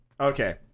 Okay